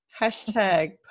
hashtag